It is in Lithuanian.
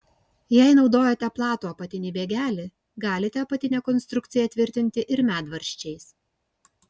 jei naudojate platų apatinį bėgelį galite apatinę konstrukciją tvirtinti ir medvaržčiais